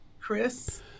Chris